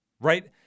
Right